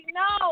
no